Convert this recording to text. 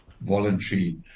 voluntary